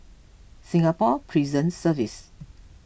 Singapore Prison Service